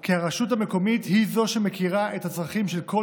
כי הרשות המקומית היא שמכירה את הצרכים של כל